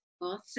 Awesome